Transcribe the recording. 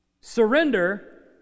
Surrender